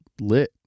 lit